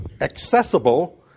accessible